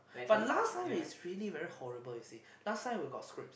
but last time it's really very horrible you see last time we got scripts